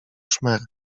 szmer